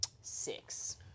six